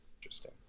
Interesting